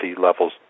levels